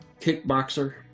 kickboxer